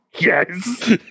Yes